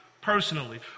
personally